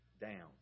down